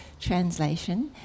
translation